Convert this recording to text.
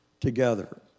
together